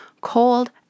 Cold